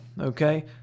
okay